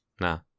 no